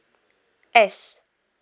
S